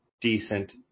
decent